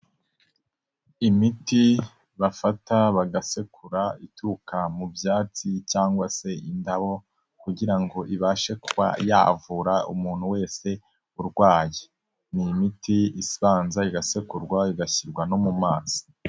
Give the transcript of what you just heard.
Imiti bafata bagasekura ituruka mu byatsi cyangwa se indabo kugira ngo ibashe kuba yavura umuntu wese urwaye, ni imiti isanza igasekurwa igashyirwa no mu mazi.